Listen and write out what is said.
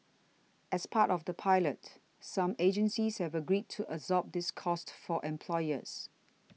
as part of the pilot some agencies have agreed to absorb this cost for employers